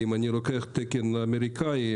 אם אני לוקח תקן אמריקאי,